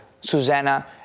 Susanna